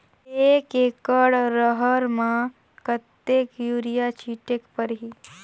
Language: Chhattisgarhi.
एक एकड रहर म कतेक युरिया छीटेक परही?